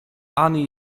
ani